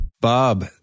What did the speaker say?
Bob